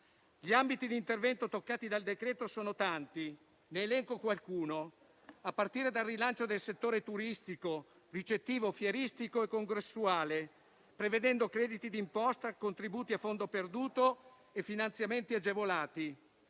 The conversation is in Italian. Gli ambiti di intervento toccati dal decreto sono tanti. Ne elenco qualcuno, a partire dal rilancio del settore turistico, ricettivo, fieristico e congressuale, prevedendo crediti d'imposta, contributi a fondo perduto e finanziamenti agevolati.